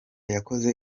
yakoze